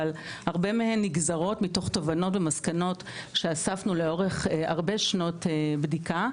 אבל הרבה מהן נגזרות מתוך תובנות ומסקנות שאספנו לאורך הרבה שנות בדיקה.